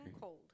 cold